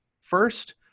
first